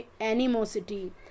animosity